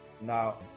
Now